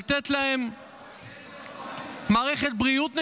לתת להם מערכת בריאות נגישה,